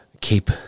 keep